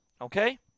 Okay